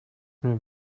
mir